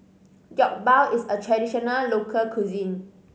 jokbal is a traditional local cuisine